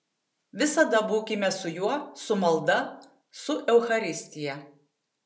visada būkime su juo su malda su eucharistija